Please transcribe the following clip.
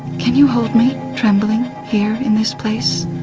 can you hold me, trembling, here in this place?